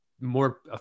more